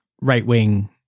right-wing